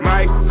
Mike